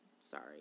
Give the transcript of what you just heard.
Sorry